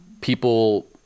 people